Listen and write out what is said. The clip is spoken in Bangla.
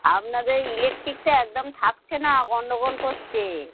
আপনাদের ইলেকট্রিকটা একদম থাকছে না গণ্ডগোল করছে